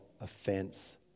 offense